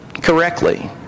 correctly